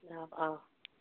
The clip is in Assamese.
অঁ